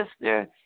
sister